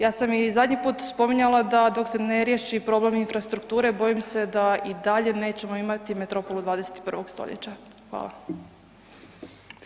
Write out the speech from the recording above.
Ja sam i zadnji put spominjala da dok se ne riješi problem infrastrukture, bojim se da i dalje nećemo imati metropolu 21. st.